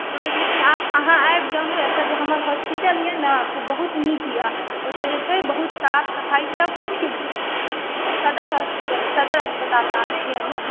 लेकिन आब अहाँ आबि जाउ ने एतय जे हमर होस्पीटल यऽ ने बहुत नीक यऽ एतय जे छै बहुत साफ सफाइ सब कुछ के भी सदर होस्पीटल सदर अस्पताल नाम छियै हमर